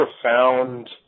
profound